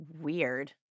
weird